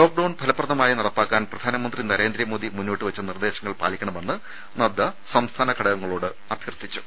lockdown ഫലപ്രദമായി നടപ്പാക്കാൻ പ്രധാനമന്ത്രി നരേന്ദ്രമോദി മുന്നോട്ടുവെച്ച നിർദ്ദേശങ്ങൾ പാലിക്കണമെന്ന് നദ്ദ സംസ്ഥാന ഘടകങ്ങളോട് നിർദ്ദേശിച്ചു